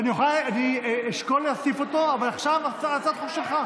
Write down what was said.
אני אשקול להוסיף אותו, אבל עכשיו הצעת החוק שלך.